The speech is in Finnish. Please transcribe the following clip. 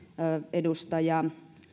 edustaja